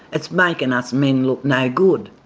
it's making us men look no good.